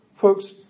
Folks